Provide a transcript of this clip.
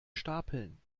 stapeln